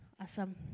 Awesome